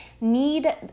need